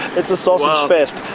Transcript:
it's a sausage fest!